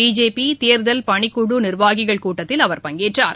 BJP தேர்தல் பணிக்குழு நிர்வாகிகள் கூட்டத்தில் அவர் பங்கேற்றார்